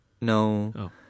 No